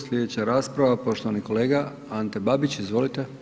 Sljedeća rasprava, poštovani kolega Ante Babić, izvolite.